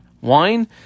wine